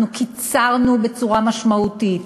קיצרנו בצורה משמעותית,